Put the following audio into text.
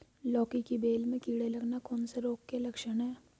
लौकी की बेल में कीड़े लगना कौन से रोग के लक्षण हैं?